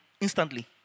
instantly